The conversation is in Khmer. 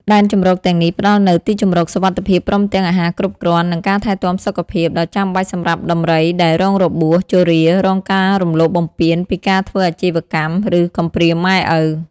ដែនជម្រកទាំងនេះផ្តល់នូវ ទីជម្រកសុវត្ថិភាព ព្រមទាំង អាហារគ្រប់គ្រាន់ និង ការថែទាំសុខភាព ដ៏ចាំបាច់សម្រាប់ដំរីដែលរងរបួស ជរា រងការរំលោភបំពានពីការធ្វើអាជីវកម្ម ឬកំព្រាម៉ែឪ។